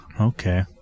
Okay